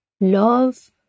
love